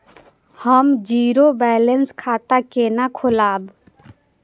हम zero balance खाता केना खोलाब?